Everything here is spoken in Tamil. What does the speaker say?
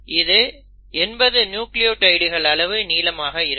இது 80 நியூக்ளியோடைடுகள் அளவு நீளமாக இருக்கும்